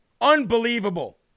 Unbelievable